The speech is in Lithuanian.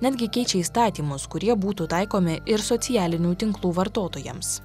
netgi keičia įstatymus kurie būtų taikomi ir socialinių tinklų vartotojams